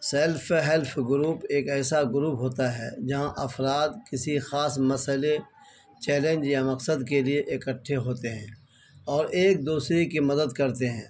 self help group ایک ایسا group ہوتا ہے جہاں افراد کسی خاص مسئلے چیلنج یا مقصد کے لیے اکٹھے ہوتے ہیں اور ایک دوسرے کی مدد کرتے ہیں